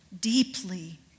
deeply